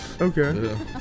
Okay